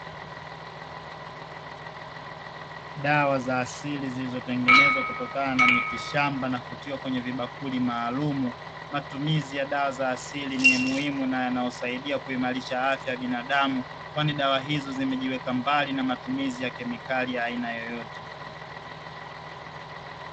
Dawa za asili zilizotengenezwa kutokana na miti shamba na kutiwa kwenye vibakuli maalumu. Matumizi ya dawa za asili ni ya muhimu na yanayosaidia kuimarisha ya binadamu, kwani dawa hizo zimejiweka mbali na matumizi ya kemikali yoyote.